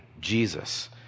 Jesus